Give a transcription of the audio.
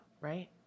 Right